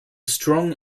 strong